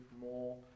more